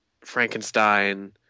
Frankenstein